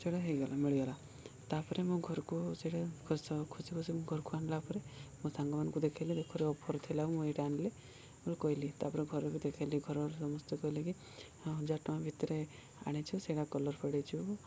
ସେଇଟା ହେଇଗଲା ମିଳିଗଲା ତା'ପରେ ମୋ ଘରକୁ ସେଇଟା ଖୁସି ଖୁସିରେ ଘରକୁ ଆଣିଲା ପରେ ମୋ ସାଙ୍ଗମାନଙ୍କୁ ଦେଖେଇଲି ଦେଖରେ ଅଫର୍ ଥିଲା ମୁଁ ଏଇଟା ଆଣିଲି କହିଲି ତା'ପରେ ଘରେବି ଦେଖେଇଲି ଘରର ସମସ୍ତେ କହିଲେ କି ହଜାର ଟଙ୍କା ଭିତରେ ଆଣିଛୁ ସେଇଟା କଲର୍ ଫେଡ଼୍ ହେଇଯିବ